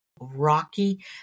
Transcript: rocky